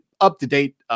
up-to-date